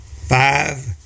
five